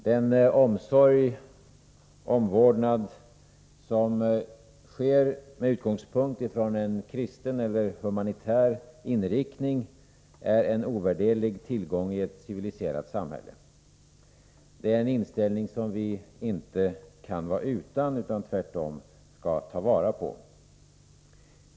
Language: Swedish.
Den omsorg och omvårdnad som finns med utgångspunkt i en kristen eller humanitär inriktning är en ovärderlig tillgång i ett civiliserat samhälle. Det är en inställning som vi inte kan vara utan — tvärtom skall vi ta vara på den.